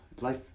life